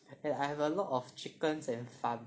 and I have a lot of chickens and farm